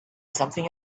something